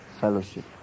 fellowship